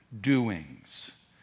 doings